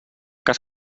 cas